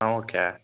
ಹಾಂ ಓಕೆ